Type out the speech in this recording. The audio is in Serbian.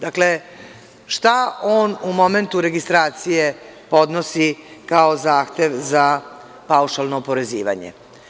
Dakle, šta on u momentu registracije podnosi kao zahtev za paušalno oporezivanje?